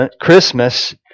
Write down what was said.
Christmas